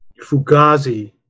Fugazi